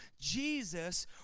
Jesus